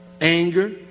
anger